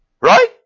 Right